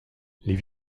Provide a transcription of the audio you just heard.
les